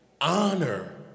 Honor